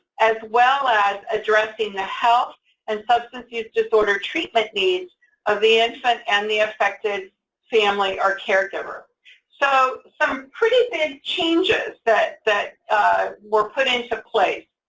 as well as addressing the health and substance use disorder treatment needs of the infant and the affected family or caregiver so some pretty big changes that that were put into place.